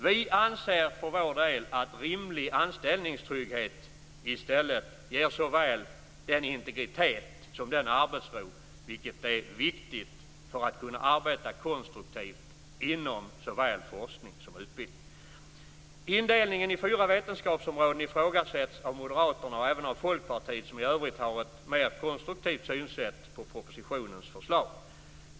Vi anser för vår del i stället att rimlig anställningstrygghet ger integritet och arbetsro, något som är viktigt för att man skall kunna arbeta konstruktivt inom såväl forskning som utbildning. Indelningen i fyra vetenskapsområden ifrågasätts av Moderaterna och även av Folkpartiet, som i övrigt har ett mer konstruktivt synsätt på propositionens förslag.